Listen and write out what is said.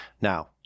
now